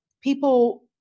people